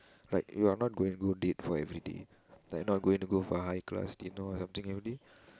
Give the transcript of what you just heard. like you're not going to go date for everyday like not going to go for high class dinner or something everyday